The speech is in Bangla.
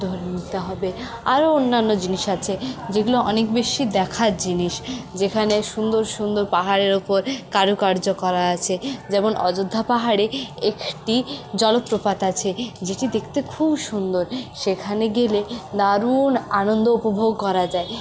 ধরে নিতে হবে আরও অন্যান্য জিনিস আছে যেগুলো অনেক বেশি দেখার জিনিস যেখানে সুন্দর সুন্দর পাহাড়ের ওপর কারুকার্য করা আছে যেমন অযোধ্যা পাহাড়ে একটি জলপ্রপাত আছে যেটি দেখতে খুব সুন্দর সেখানে গেলে দারুণ আনন্দ উপভোগ করা যায়